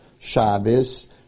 Shabbos